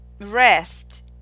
rest